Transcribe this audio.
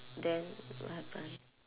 then what happen